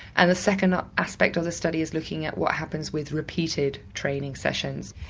and the second aspect of the study is looking at what happens with repeated training sessions.